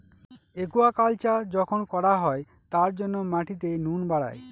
aquaculture যখন করা হয় তার জন্য মাটিতে নুন বাড়ায়